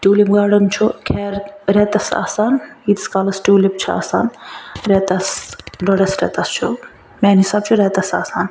tulip garden چھُ خیر ریٚتس آسان یۭتِس کالس ٹیٛوٗلِپ چھِ آسان ریٚتس ڈۄڈھس ریٚتس چھُ میٛانہِ حِسابہٕ چھُ ریٚتس آسان